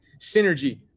synergy